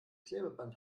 klebeband